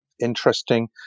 interesting